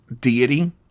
deity